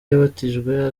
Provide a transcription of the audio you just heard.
yabatijwe